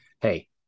Hey